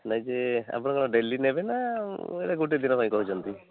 ନାଇଁ ଯେ ଆପଣ କ'ଣ ଡେଲି ନେବେ ନା ଏଇଟା ଗୋଟେ ଦିନ ପାଇଁ କହୁଛନ୍ତି